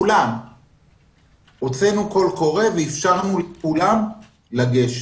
לכולם הוצאנו קול קורא ואפשרנו לכולם לגשת.